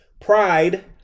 pride